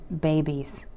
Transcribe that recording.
babies